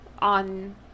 On